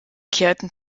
kehrten